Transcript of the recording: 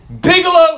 Bigelow